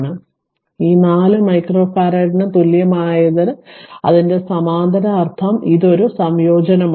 അതിനാൽ ഈ 4 മൈക്രോ ഫറാഡിന് തുല്യമായതിനാൽ അതിന്റെ സമാന്തര അർത്ഥം ഇത് ഒരു സംയോജനമാണ്